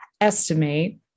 estimate